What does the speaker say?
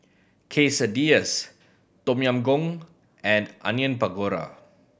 Quesadillas Tom Yam Goong and Onion Pakora